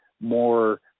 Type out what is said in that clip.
more